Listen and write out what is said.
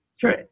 Sure